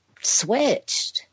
switched